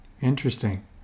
interesting